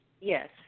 Yes